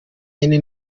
yine